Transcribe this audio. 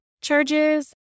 charges